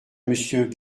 monsieur